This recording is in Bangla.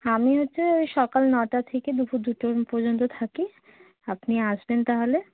আমি হচ্ছে ওই সকাল নটা থেকে দুপুর দুটো পর্যন্ত থাকি আপনি আসবেন তাহলে